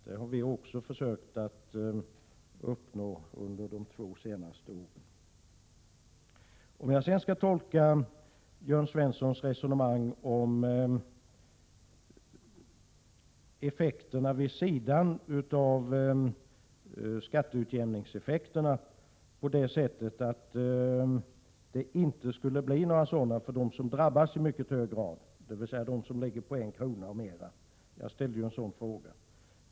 Vi har också under de två senaste åren försökt uppnå ett sådant resultat. Jag tolkar Jörn Svenssons resonemang så att han menar att det inte uppstår några effekter vid sidan av skatteutjämningseffekterna i kommuner som drabbas i mycket hög grad, dvs. kommuner som ligger på en krona eller mera.